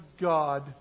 God